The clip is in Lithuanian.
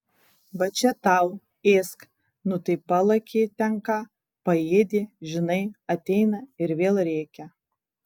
va čia tau ėsk nu tai palakė ten ką paėdė žinai ateina ir vėl rėkia